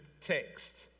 text